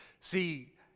See